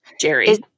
Jerry